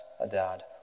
Adad